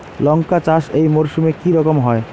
লঙ্কা চাষ এই মরসুমে কি রকম হয়?